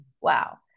wow